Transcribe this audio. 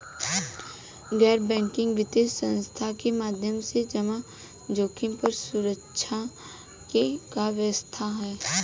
गैर बैंकिंग वित्तीय संस्था के माध्यम से जमा जोखिम पर सुरक्षा के का व्यवस्था ह?